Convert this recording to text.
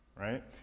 right